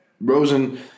Rosen